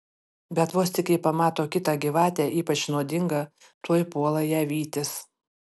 bet vos tik ji pamato kitą gyvatę ypač nuodingą tuoj puola ją vytis